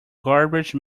garbage